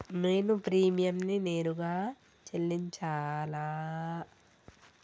నేను ప్రీమియంని నేరుగా చెల్లించాలా?